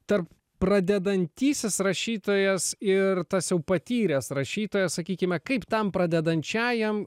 tarp pradedantysis rašytojas ir tas jau patyręs rašytojas sakykime kaip tam pradedančiajam